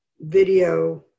video